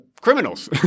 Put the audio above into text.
criminals